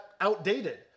outdated